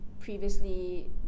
previously